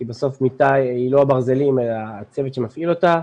כי בסוף מיטה היא לא הברזלים אלא הצוות שמפעיל אותה.